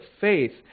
faith